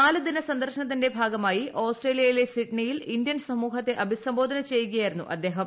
നാല് ദിന സന്ദർശനത്തിന്റെ ഭാഗമായി ഓസ്ട്രേലിയയിലെ സിഡ്നിയിൽ ഇന്ത്യൻ സമൂഹത്തെ അഭിസംബോധന ചെയ്യുകയായിരുന്നു അദ്ദേഹം